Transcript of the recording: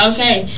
Okay